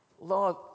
Lord